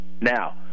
Now